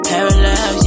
Parallel